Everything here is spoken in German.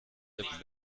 dem